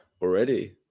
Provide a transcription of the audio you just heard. Already